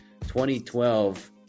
2012